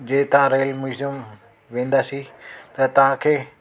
जे तव्हां rail museum वेंदासीं त तव्हांखे